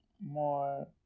more